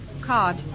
card